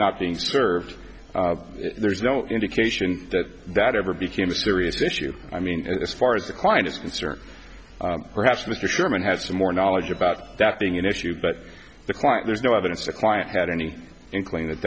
not being served there's no indication that that ever became a serious issue i mean as far as the client is concerned perhaps mr sherman has more knowledge about that being an issue but the client there's no evidence the client had any inkling that